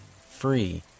free